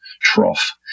trough